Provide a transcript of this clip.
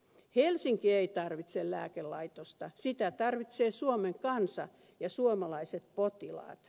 helsinki ei tarvitse lääkelaitosta sitä tarvitsee suomen kansa ja suomalaiset potilaat